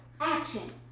action